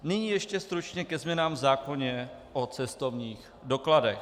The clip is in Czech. Nyní ještě stručně ke změnám v zákoně o cestovních dokladech.